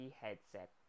headset